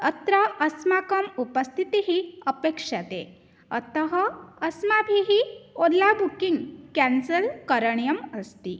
अत्र अस्माकम् उपस्थितिः अपेक्ष्यते अतः अस्माभिः ओला बुक्किङ्ग् केन्सल् करणीयम् अस्ति